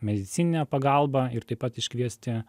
medicininę pagalbą ir taip pat iškviesti